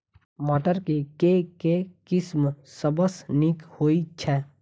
मटर केँ के किसिम सबसँ नीक होइ छै?